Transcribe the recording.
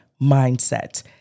mindset